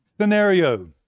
scenario